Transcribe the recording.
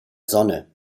sonne